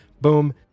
Boom